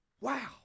Wow